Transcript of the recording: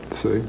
see